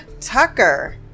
Tucker